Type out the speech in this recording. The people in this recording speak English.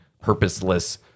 purposeless